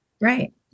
Right